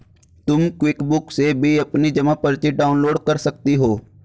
तुम क्विकबुक से भी अपनी जमा पर्ची डाउनलोड कर सकती हो